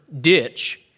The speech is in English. ditch